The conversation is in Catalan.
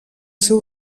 seu